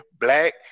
black